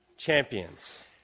Champions